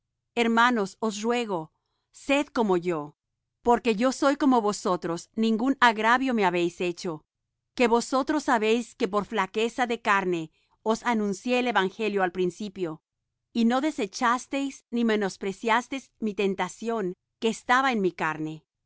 hermanos os ruego sed como yo porque yo soy como vosotros ningún agravio me habéis hecho que vosotros sabéis que por flaqueza de carne os anuncié el evangelio al principio y no desechasteis ni menospreciasteis mi tentación que estaba en mi carne